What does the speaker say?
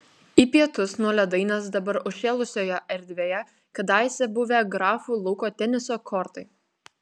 į pietus nuo ledainės dabar užžėlusioje erdvėje kadaise buvę grafų lauko teniso kortai